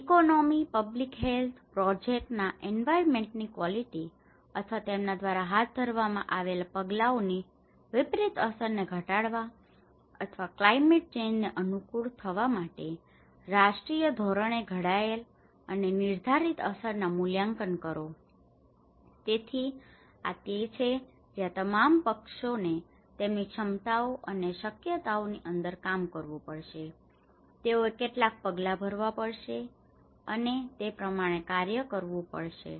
અને economy public health અને project ના એન્વાયર્મેન્ટ ની ક્વાલિટી અથવા તેમના દ્વારા હાથ ધરવામાં આવેલા પગલાઓની વિપરીત અસરોને ઘટાડવા અથવા ક્લાયમેટ ચેન્જ ને અનુકૂળ થવા માટે રાષ્ટ્રિય ધોરણે ઘડાયેલ અને નિર્ધારિત અસરના મૂલ્યાંકનો કરો તેથી આ તે છે જ્યાં તમામ પક્ષોએ તેમની ક્ષમતાઓ અને શક્યતાઓની અંદર કામ કરવું પડશે તેઓએ કેટલાક પગલાં ભરવા પડશે અને તે પ્રમાણે કાર્ય કરવું પડશે